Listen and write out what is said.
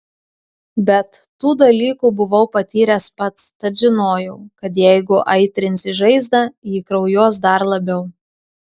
bet tų dalykų buvau patyręs pats tad žinojau kad jeigu aitrinsi žaizdą ji kraujuos dar labiau